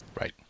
Right